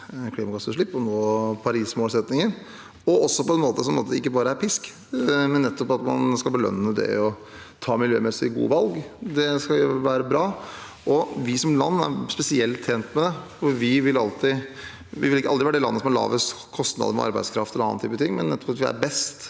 klimagassutslipp og nå Paris-målsettingen, også på en måte som ikke bare er pisk, men nettopp at man skal belønne det å ta miljømessig gode valg. Det skal være bra. Vi som land er spesielt tjent med det, for vi vil aldri være det landet som har lavest kostnader, med arbeidskraft eller andre typer ting, men nettopp at vi er best